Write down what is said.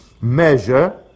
measure